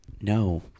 No